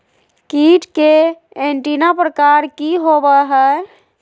कीट के एंटीना प्रकार कि होवय हैय?